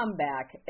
comeback